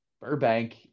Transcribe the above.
Burbank